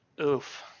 oof